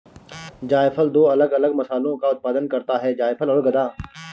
जायफल दो अलग अलग मसालों का उत्पादन करता है जायफल और गदा